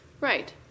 Right